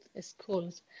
schools